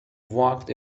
walked